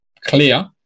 clear